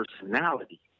personality